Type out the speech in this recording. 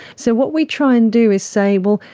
so what we try and do is say, well,